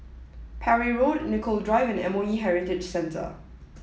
Parry Road Nicoll Drive and M O E Heritage Center